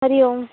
हरिः ओम्